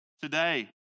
today